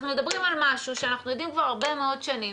אנחנו מדברים על משהו שיודעים לגביו כבר הרבה שנים,